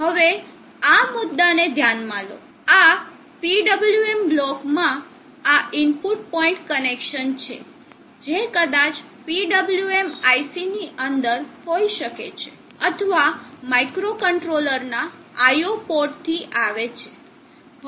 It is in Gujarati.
હવે આ મુદ્દાને ધ્યાનમાં લો આ PWM બ્લોકમાં આ ઇનપુટ પોઇન્ટ કનેક્શન છે જે કદાચ PWM IC ની અંદર હોઈ શકે છે અથવા માઇક્રોકન્ટ્રોલરના IO પોર્ટથી આવે છે